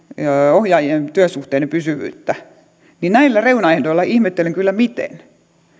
ohjaajien työsuhteiden pysyvyyttä niin näillä reunaehdoilla ihmettelen kyllä miten